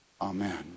Amen